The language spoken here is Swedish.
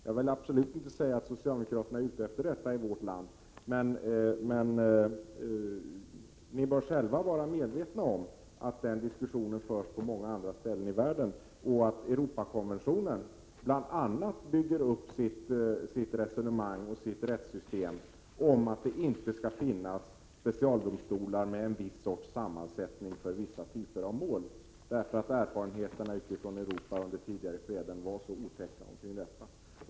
Jag vill absolut inte säga att socialdemokraterna skulle vara ute efter detta i vårt land. Vi bör emellertid själva vara medvetna om att den diskussionen förs på många andra håll i världen. Europakonventionen bygger bl.a. upp sitt resonemang och sitt rättssys tem på att det inte skall finnas specialdomstolar med en viss sorts sammansättning för vissa typer av mål, eftersom erfarenheterna utifrån Europa under tidigare skeden var så otäcka omkring detta.